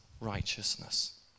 righteousness